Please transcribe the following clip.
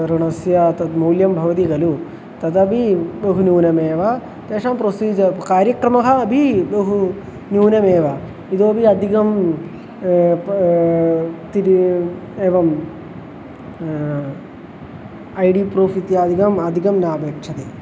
ऋणस्य तद् मूल्यं भवति खलु तदपि बहु न्यूनमेव तेषां प्रोसीजर् कार्यक्रमः अपि बहु न्यूनमेव इतोपि अधिकं तिथिः एवं ऐ डी प्रूफ़् इत्यादिकम् अधिकं नापेक्षते